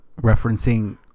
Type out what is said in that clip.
Referencing